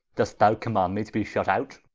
doo'st thou command me to be shut out?